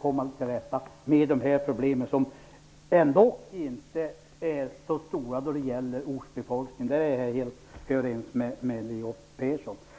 komma till rätta med dessa problem. De är ändå inte så stora när det gäller ortsbefolkningen. Det är jag helt överens med Leo Persson om.